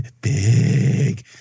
Big